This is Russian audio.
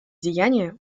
деяния